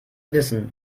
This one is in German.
wissen